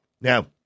Now